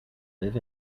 live